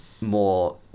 more